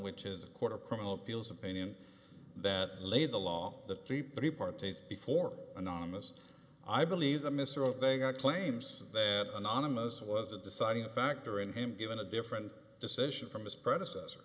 which is a court of criminal appeals opinion that laid the law that the pre parties before anonymous i believe the mr they got claims that anonymous was the deciding factor in him given a different decision from his predecessor